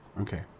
Okay